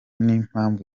n’impamvu